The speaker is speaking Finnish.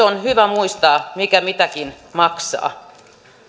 on hyvä muistaa mikä mitäkin maksaa